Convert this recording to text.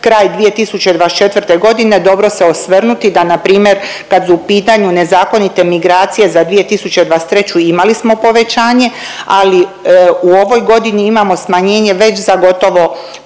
kraj 2024. godine, dobro se osvrnuti da npr. kad su u pitanju nezakonite migracije za 2023. imali smo povećanje ali u ovoj godini imamo smanjenje već za gotovo